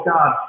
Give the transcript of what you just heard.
God